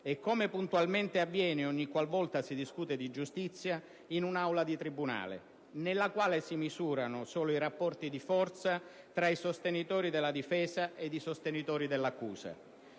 e come puntualmente avviene ogni qual volta si discute di giustizia) in un'aula di tribunale nella quale si misurano solo i rapporti di forza tra i sostenitori della difesa ed i sostenitori dell'accusa.